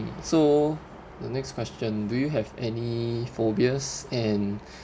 mm so the next question do you have any phobias and